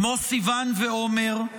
כמו סיון ועומר,